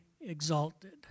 exalted